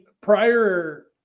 prior